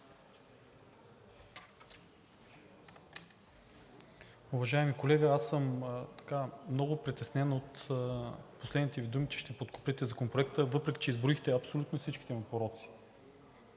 Уважаеми колега, аз съм много притеснен от последните Ви думи, че ще подкрепите Законопроекта, въпреки че изброихте абсолютно всичките му пороци